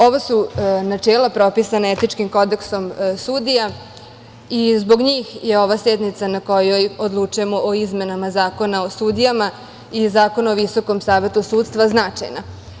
Ovo su načela propisana Etičkim kodeksom sudija i zbog njih je ova sednica na kojoj odlučujemo o izmenama Zakona o sudijama i Zakona o Visokom savetu sudstva značajna.